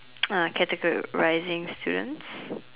of categorising students